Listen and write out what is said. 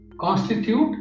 constitute